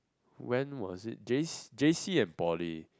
when was in J_C and poly